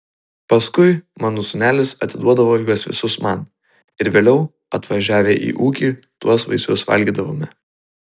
paskui mano sūnelis atiduodavo juos visus man ir vėliau atvažiavę į ūkį tuos vaisius valgydavome